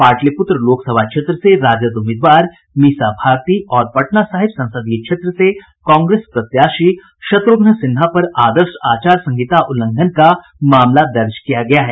पाटलिपूत्र लोकसभा क्षेत्र से राजद उम्मीदवार मीसा भारती और पटना साहिब संसदीय क्षेत्र से कांग्रेस प्रत्याशी शत्र्घ्न सिन्हा पर आदर्श आचार संहिता उल्लंघन का मामला दर्ज किया गया है